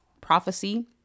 prophecy